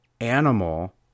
animal